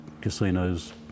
casinos